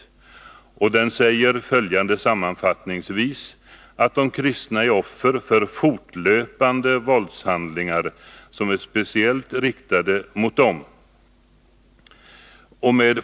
Rapporten säger sammanfattningsvis följande: De kristna är offer för fortlöpande våldshandlingar som är speciellt riktade mot dem.